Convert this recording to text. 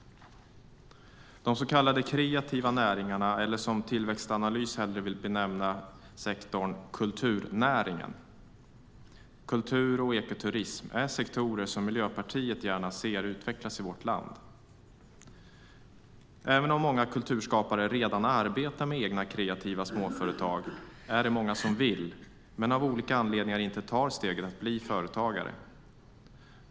De så kallade kreativa näringarna, eller kulturnäringen som Tillväxtanalys hellre vill benämna sektorn, är kultur och ekoturism, sektorer som Miljöpartiet gärna ser utvecklas i vårt land. Även om många kulturskapare redan arbetar med egna kreativa småföretag är det många som vill men av olika anledningar inte tar steget att bli företagare.